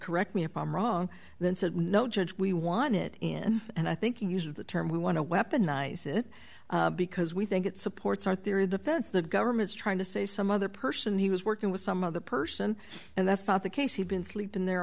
correct me if i'm wrong then said no judge we want it in and i think you use the term we want to weaponize it because we think it supports our theory of defense the government's trying to say some other person he was working with some of the person and that's not the case he's been sleeping there